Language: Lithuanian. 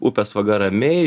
upės vaga ramiai